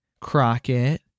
Crockett